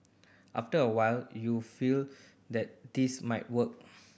after a while you feel that this might work